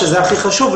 והוא הכי חשוב,